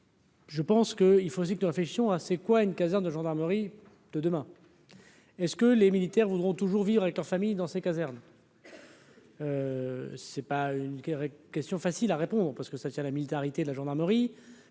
Je pense que il faut aussi que l'infection à c'est quoi une caserne de gendarmerie de demain, est ce que les militaires voudront toujours vivre avec leur famille dans ses casernes. C'est pas une guerre question facile à répondre, parce que ça tient la de la gendarmerie,